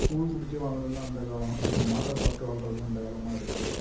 கூழ் குடித்து வாழ்ந்ததெல்லாம் அந்த காலம் இப்போ மாத்திர சாப்பிட்டு வாழுறது இந்த காலமாக இருக்குது